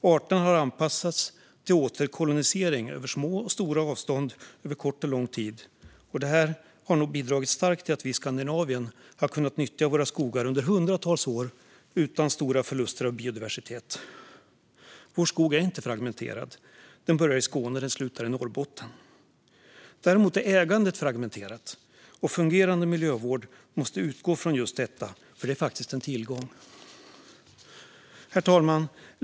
Arterna har anpassats till återkolonisering över små och stora avstånd, över kort och lång tid. Det har nog bidragit starkt till att vi i Skandinavien har kunnat nyttja våra skogar under hundratals år utan stora förluster av biodiversitet. Vår skog är inte fragmenterad. Den börjar i Skåne och slutar i Norrbotten. Däremot är ägandet fragmenterat. En fungerande miljövård måste utgå från just detta, för det är faktiskt en tillgång. Herr talman!